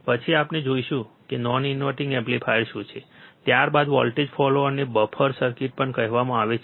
પછી આપણે જોઈશું કે નોન ઇન્વર્ટીંગ એમ્પ્લીફાયર શું છે ત્યારબાદ વોલ્ટેજ ફોલોઅરને બફર સર્કિટ પણ કહેવાય છે